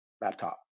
laptop